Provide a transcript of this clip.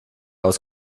aus